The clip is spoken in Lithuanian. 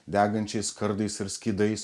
degančiais kardais ar skydais